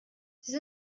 sie